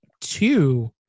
two